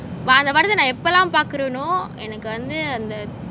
வார வரத நா எப்பெல்லாம் பாக்குரேனோ எனக்கு வந்து:vaara varatha na eppellam pakureno enakku vanthu